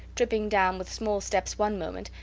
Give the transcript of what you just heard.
tripping down with small steps one moment,